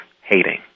hating